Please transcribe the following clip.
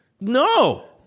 No